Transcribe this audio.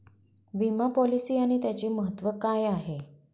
विमा पॉलिसी आणि त्याचे महत्व काय आहे?